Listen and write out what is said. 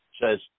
says